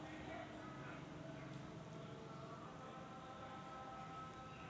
जवारीच्या पिकाचं वैधानिक नाव का हाये?